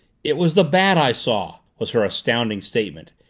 it was the bat i saw, was her astounding statement.